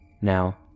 Now